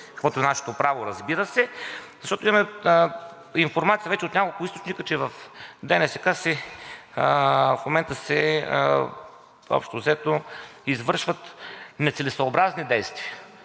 каквото е нашето право, разбира се. Защото имаме информация вече от няколко източника, че в ДНСК в момента общо взето се извършват нецелесъобразни действия.